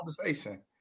conversation